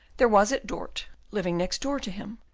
there was at dort, living next door to him,